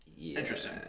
Interesting